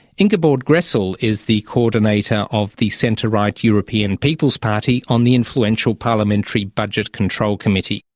ingeborg grassle is the coordinator of the centre-right european people's party on the influential parliamentary budget control committee.